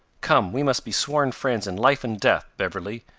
come, we must be sworn friends in life and death, beverley,